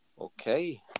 Okay